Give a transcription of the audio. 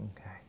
Okay